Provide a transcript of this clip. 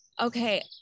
okay